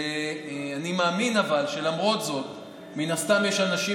אבל אני מאמין שלמרות זאת מן הסתם יש אנשים